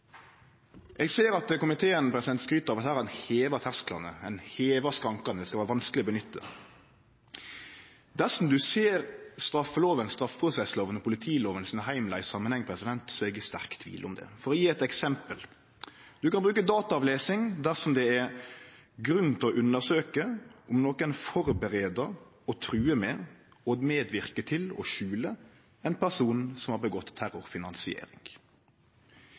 Eg ser at komiteen skryter av at her har ein heva tersklane, ein har heva skrankane, det skal vere vanskeleg å bruke. Dersom ein ser straffeloven, straffeprosessloven og politiloven sine heimlar i samanheng, er eg i sterk tvil om det. For å ta eit eksempel: Du kan bruke dataavlesing dersom det er grunn til å undersøkje om nokon førebur, truar med og medverkar til å skjule ein person som har drive med terrorfinansiering.